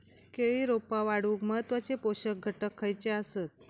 केळी रोपा वाढूक महत्वाचे पोषक घटक खयचे आसत?